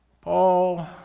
Paul